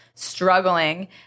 Struggling